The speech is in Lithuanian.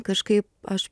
kažkaip aš